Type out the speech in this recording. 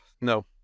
no